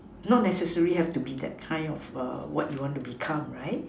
not necessary have to be that kind of err what you want to become right